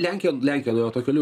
lenkija lenkija nuėjo tuo keliu